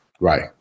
Right